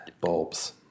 bulbs